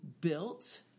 built